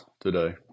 today